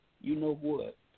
you-know-what